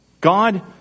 God